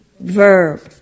Verb